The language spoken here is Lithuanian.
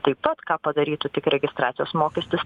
taip pat ką padarytų tik registracijos mokestis